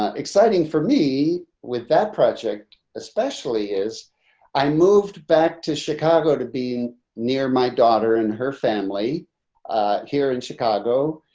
ah exciting for me with that project, especially is i moved back to chicago to be near my daughter and her family here in chicago,